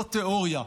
לא תיאוריה,